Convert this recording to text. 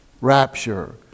rapture